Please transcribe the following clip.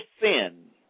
sin